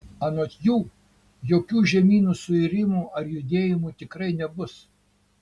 anot jų jokių žemynų suirimų ar judėjimų tikrai nebus